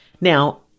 Now